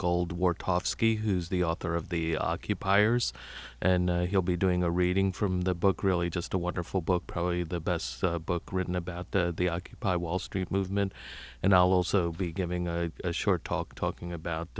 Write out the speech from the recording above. ski who's the author of the occupiers and he'll be doing a reading from the book really just a wonderful book probably the best book written about the occupy wall street movement and i'll also be giving a short talk talking about